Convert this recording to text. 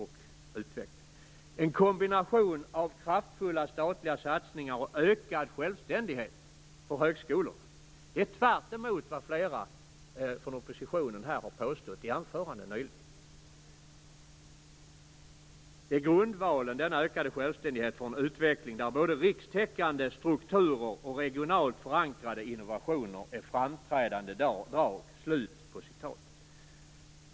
En kombination av kraftfulla statliga satsningar och ökad självständighet för högskolorna - detta är tvärtemot vad flera från oppositionen här har påstått i anföranden - är grundvalen för en utveckling där både rikstäckande strukturer och regionalt förankrade innovationer är framträdande drag.